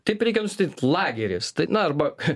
taip reikia nustatyt lageris tai na arba